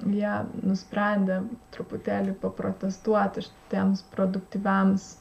jie nusprendė truputėlį paprotestuoti šitiems produktyviems